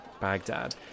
Baghdad